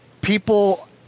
people